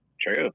true